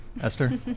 Esther